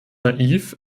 naiv